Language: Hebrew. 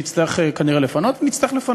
תודה, חברת הכנסת יעל גרמן.